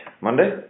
Monday